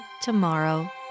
tomorrow